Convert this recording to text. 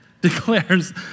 declares